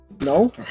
No